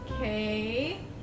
Okay